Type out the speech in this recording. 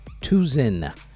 Tuzin